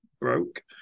broke